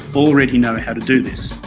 already know how to do this.